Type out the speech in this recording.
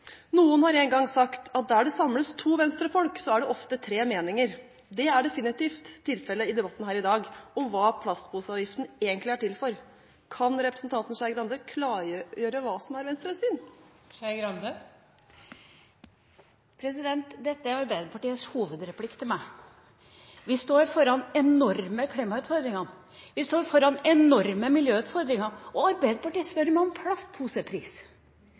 Noen har en gang sagt at der det samles to Venstre-folk, er det ofte tre meninger. Det er definitivt tilfellet i debatten her i dag, om hva plastposeavgiften egentlig er til for. Kan representanten Skei Grande klargjøre hva som er Venstres syn? Dette er Arbeiderpartiets hovedreplikk til meg. Vi står foran enorme klimautfordringer, vi står foran enorme miljøutfordringer – og Arbeiderpartiet spør meg om plastposepris!